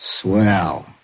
Swell